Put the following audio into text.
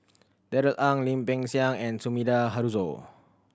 Darrell Ang Lim Peng Siang and Sumida Haruzo